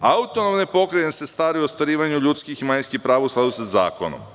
Autonomne pokrajine se staraju o ostvarivanju ljudskih i manjinskih prava u skladu sa zakonom.